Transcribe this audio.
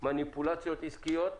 מניפולציות עסקיות.